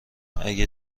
اگه